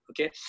Okay